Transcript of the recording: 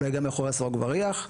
אולי גם מאחורי סורג ובריח.